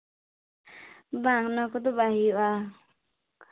ᱵᱟᱝ ᱚᱱᱟ ᱠᱚᱫᱚ ᱵᱟᱭ ᱦᱩᱭᱩᱜᱼᱟ